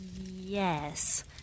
Yes